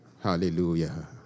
Hallelujah